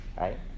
right